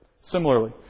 Similarly